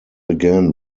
again